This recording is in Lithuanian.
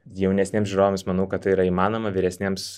jaunesniems žiūrovams manau kad tai yra įmanoma vyresniems